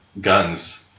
guns